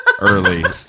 early